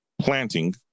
planting